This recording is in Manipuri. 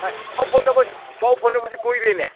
ꯑꯥꯏ ꯄꯥꯎ ꯐꯥꯎꯅꯕꯁꯨ ꯄꯥꯎ ꯐꯥꯎꯅꯕꯗꯤ ꯀꯨꯏꯔꯦꯅꯦ